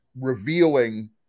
revealing